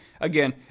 Again